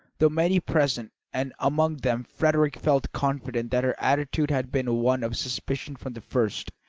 though many present, and among them frederick, felt confident that her attitude had been one of suspicion from the first,